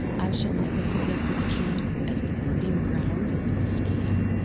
i shall never forget this camp as the breeding grounds of the mosquito.